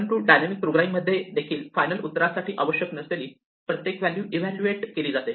परंतु dynamic programming मध्ये देखे देखील फायनल उत्तरासाठी आवश्यक नसली तरी प्रत्येक व्हॅल्यू इव्हॅल्यूवेट केली जाते